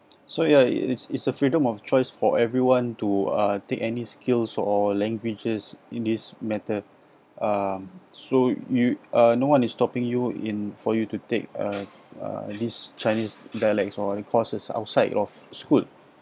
so ya it's it's a freedom of choice for everyone to uh take any skills or languages in this matter um so you uh no one is stopping you in for you to take uh uh least chinese dialects while on courses outside of school